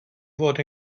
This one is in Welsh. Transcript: fod